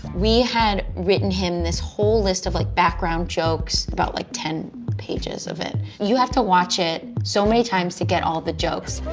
we had written him this whole list of like background jokes, about like ten pages of it. you have to watch it so many times to get all the jokes.